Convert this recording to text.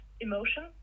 emotion